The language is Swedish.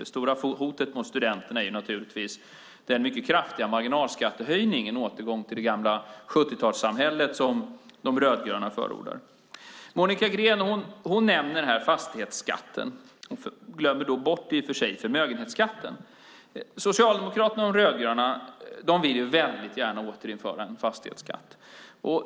Det stora hotet mot studenterna är den mycket kraftiga marginalskattehöjningen, en återgång till det gamla 70-talssamhället som De rödgröna förordar. Monica Green nämner fastighetsskatten, och då glömmer hon i och för sig bort förmögenhetsskatten. De rödgröna vill väldigt gärna återinföra en fastighetsskatt.